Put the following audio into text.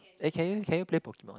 eh can you can you play Pokemon